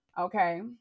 Okay